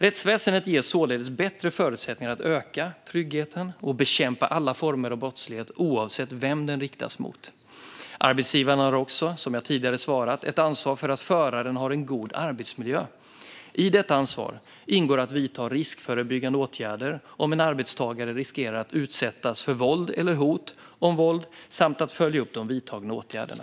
Rättsväsendet ges således bättre förutsättningar att öka tryggheten och bekämpa alla former av brottslighet, oavsett vem den riktas mot. Arbetsgivaren har också, som jag tidigare svarat, ett ansvar för att föraren har en god arbetsmiljö. I detta ansvar ingår att vidta riskförebyggande åtgärder om en arbetstagare riskerar att utsättas för våld eller hot om våld samt följa upp de vidtagna åtgärderna.